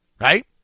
Right